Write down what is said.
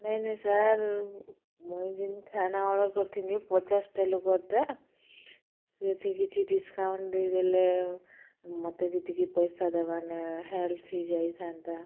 ନାଇଁ ନାଇଁ ସାର୍ ମୁଇଁ ଯେନ୍ ଖାନା ଅର୍ଡ଼ର କରିଥିନି ପଚାଶଟା ଲୋକଟା ସେଇଠି କିଛି ଡିସ୍କାଉଣ୍ଟ୍ ଦେଇ ଦେଲେ ମତେ ବି ଟିକେ ପଇସା ଦବାନା ହେଲ୍ପ ହେଇଯାଇଥାନ୍ତା